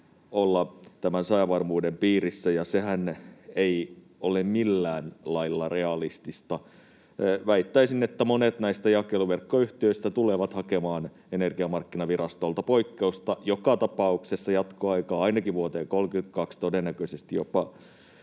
olla tämän säävarmuuden piirissä, ja sehän ei ole millään lailla realistista. Väittäisin, että monet näistä jakeluverkkoyhtiöistä tulevat hakemaan Energiamarkkinavirastolta poikkeusta, joka tapauksessa jatkoaikaa ainakin vuoteen 32, todennäköisesti jopa